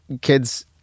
kids